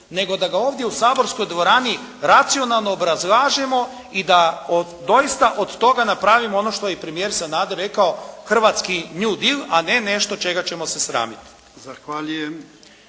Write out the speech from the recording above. nego da ga ovdje u saborskoj dvorani racionalno obrazlažemo i da doista od toga napravimo ono što je premijer Sanader rekao Hrvatski new deal, a ne nešto čega ćemo se sramiti.